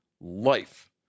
life